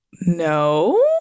No